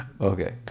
Okay